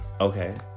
Okay